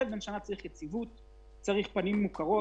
ילד בן שנה צריך יציבות, צריך פנים מוכרות,